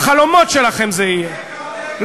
בחלומות שלכם זה יהיה.